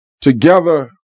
together